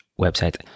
website